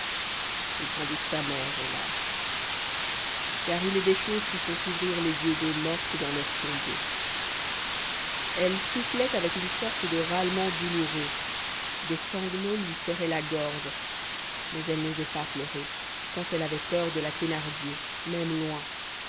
et sans doute sa mère hélas car il est des choses qui font ouvrir les yeux aux mortes dans leur tombeau elle soufflait avec une sorte de râlement douloureux des sanglots lui serraient la gorge mais elle n'osait pas pleurer tant elle avait peur de la thénardier même loin